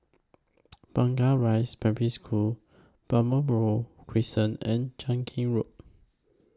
Blangah Rise Primary School Balmoral Crescent and Cheow Keng Road